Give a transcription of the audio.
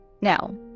Now